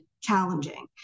challenging